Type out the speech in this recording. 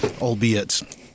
albeit